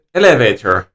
elevator